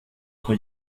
uko